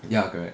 ya correct